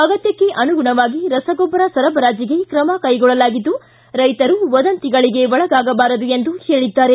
ಅಗತ್ತಕ್ಕ ಅನುಗುಣವಾಗಿ ರಸಗೊಬ್ಬರ ಸರಬರಾಜಿಗೆ ಕ್ರಮ ಕೈಗೊಳ್ಳಲಾಗಿದ್ದು ರೈತರು ವದಂತಿಗಳಿಗೆ ಒಳಗಾಗಬಾರದು ಎಂದು ಹೇಳಿದ್ದಾರೆ